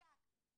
נחקק